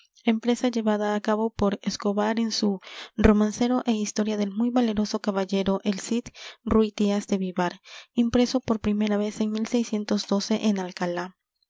empresa llevada á cabo por escobar en su romancero é historia del muy valeroso caballero el cid rúy díaz de vivar impreso por primera vez en en alcalá